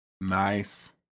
Nice